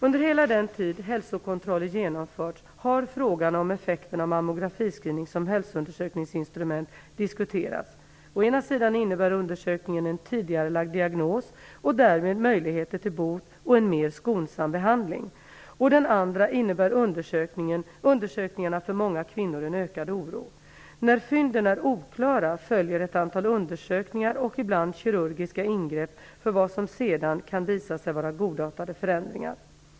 Under hela den tid hälsokontroller genomförts har frågan om effekten av mammografiscreening som hälsoundersökningsinstrument diskuterats. Å en sidan innebär undersökningarna en tidigarelagd diagnos och därmed möjligheter till bot och en mer skonsam behandling. Å den andra innebär undersökningarna för många kvinnor en ökad oro. När fynden är oklara följer ett antal undersökningar och ibland kirurgiska ingrepp för vad som sedan kan visa sig vara godartade förändringar.